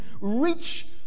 reach